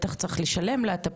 בטח צריך לשלם לה את הפנסיה,